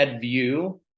view